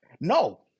No